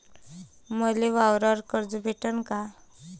मले वावरावर कर्ज भेटन का?